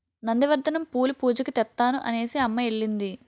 నంది వర్ధనం పూలు పూజకి తెత్తాను అనేసిఅమ్మ ఎల్లింది